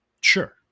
Sure